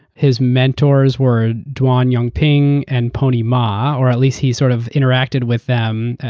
his mentors were duan yongping and pony ma, or at least he sort of interacted with them.